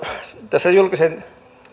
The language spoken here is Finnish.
tässä julkisen